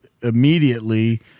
immediately